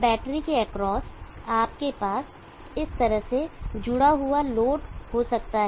battery के across आपके पास इस तरह से जुड़ा हुआ लोड हो सकता है